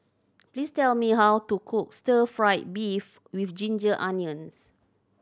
please tell me how to cook stir fried beef with ginger onions